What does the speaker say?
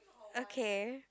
okay